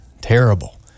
terrible